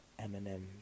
Eminem